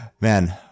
Man